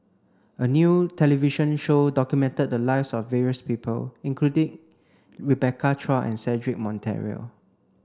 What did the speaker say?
a new television show documented the lives of various people including Rebecca Chua and Cedric Monteiro